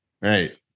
Right